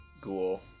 ghoul